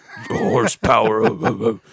horsepower